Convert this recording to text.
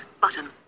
button